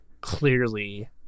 clearly